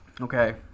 Okay